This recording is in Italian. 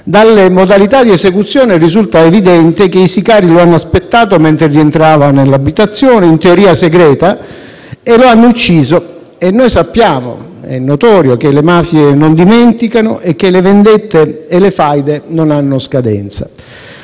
Dalle modalità di esecuzione risulta evidente che i sicari lo hanno aspettato mentre rientrava nell'abitazione, in teoria segreta, e lo hanno ucciso. È notorio che le mafie non dimenticano e che le vendette e le faide non hanno scadenza.